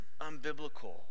unbiblical